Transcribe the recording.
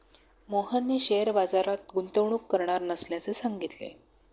मोहनने शेअर बाजारात गुंतवणूक करणार नसल्याचे सांगितले